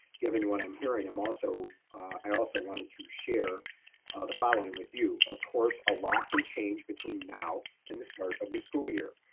given what i'm hearing, um i also wanted to share the following with you. of course, a lot can change between now and the start of the school year,